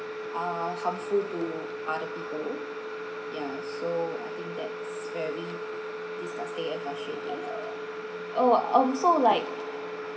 are harmful to other people ya so I think that's very disgusting and frustrating oh um so like